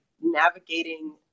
navigating